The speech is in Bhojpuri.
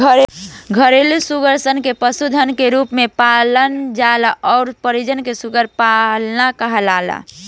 घरेलु सूअर सन के पशुधन के रूप में पालल जाला अउरी प्रजनन के सूअर पालन कहाला